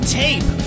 tape